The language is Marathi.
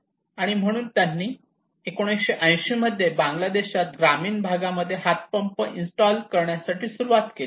आणि म्हणून त्यांनी 1980 मध्ये बांगलादेशात ग्रामीण भागामध्ये हातपंप इन्स्टॉल करण्यासाठी सुरुवात केली